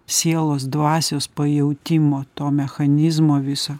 sielos dvasios pajautimo to mechanizmo viso